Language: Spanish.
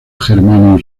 germano